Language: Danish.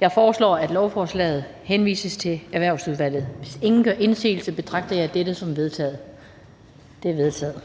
Jeg foreslår, at lovforslaget henvises til Erhvervsudvalget. Hvis ingen gør indsigelse, betragter jeg dette som vedtaget. Det er vedtaget.